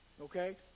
okay